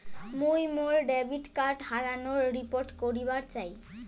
মুই মোর debit card হারানোর রিপোর্ট করিবার চাই